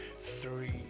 Three